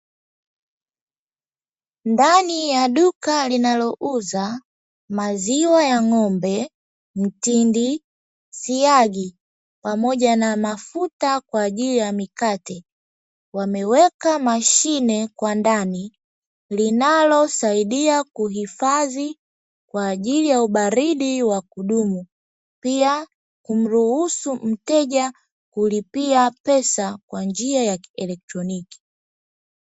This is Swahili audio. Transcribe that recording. Ndani ya duka linalouza maziwa ya ng'ombe, mtindi, siagi, pamoja na mafuta kwa ajili ya mikate, wameweka mashine kwa ndani linalosaidia kuhifadhi kwa ajili ya ubaridi wa kudumu, pia kumruhusu mteja kulipia pesa kwa njia ya kierektroniki.